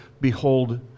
behold